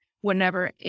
whenever